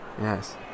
yes